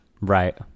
Right